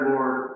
Lord